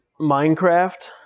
Minecraft